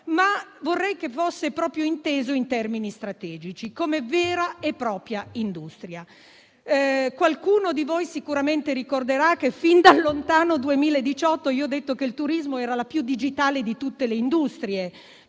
ma vorrei che fosse proprio inteso in termini strategici, come vera e propria industria. Qualcuno di voi sicuramente ricorderà che fin dal lontano 2018 io ho detto che il turismo era la più digitale di tutte le industrie.